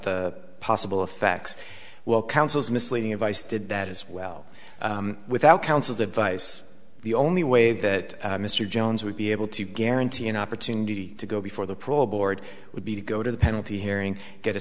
the possible effects well counsels misleading advice did that as well without counsel's advice the only way that mr jones would be able to guarantee an opportunity to go before the parole board would be to go to the penalty hearing get a